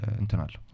internal